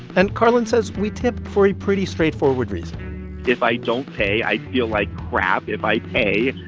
and karlan says we tip for a pretty straightforward reason if i don't pay, i feel like crap. if i pay,